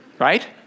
Right